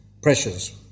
pressures